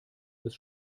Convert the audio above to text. bis